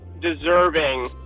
deserving